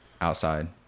outside